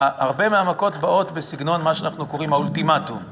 הרבה מהמכות באות בסגנון מה שאנחנו קוראים האולטימטום.